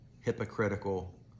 hypocritical